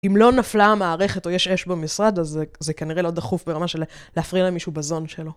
אם לא נפלה המערכת או יש אש במשרד אז זה כנראה לא דחוף ברמה של להפריע למישהו בזון שלו.